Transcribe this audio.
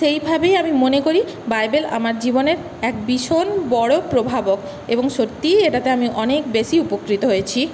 সেইভাবেই আমি মনে করি বাইবেল আমার জীবনের এক ভীষণ বড় প্রভাবক এবং সত্যিই এটাতে আমি অনেক বেশি উপকৃত হয়েছি